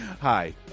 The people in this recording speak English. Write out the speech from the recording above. Hi